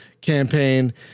campaign